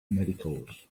miracles